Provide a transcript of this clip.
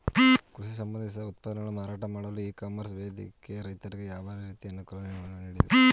ಕೃಷಿ ಸಂಬಂಧಿತ ಉತ್ಪನ್ನಗಳ ಮಾರಾಟ ಮಾಡಲು ಇ ಕಾಮರ್ಸ್ ವೇದಿಕೆ ರೈತರಿಗೆ ಯಾವ ರೀತಿ ಅನುಕೂಲ ನೀಡಿದೆ?